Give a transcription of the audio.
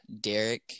Derek